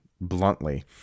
bluntly